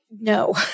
No